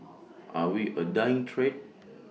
are we A dying trade